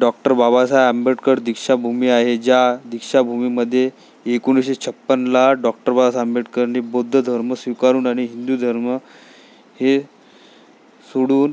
doctor Babasaheb Ambedkar Deekshabhoomi आहे ज्या दीक्षाभूमीमध्ये एकोणीसशे छप्पनला डॉक्टर बाबासाहेब आंबेडकरांनी बौद्ध धर्म स्वीकारुन आणि हिंदू धर्म हे सोडून